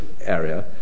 area